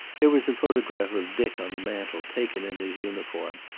there was a photograph of dick on the mantel, taken in his uniform,